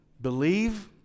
Believe